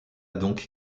donc